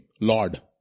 Lord